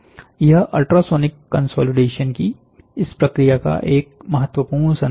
यह ultrasonic consolidation की इस प्रक्रिया का एक महत्वपूर्ण संदेश है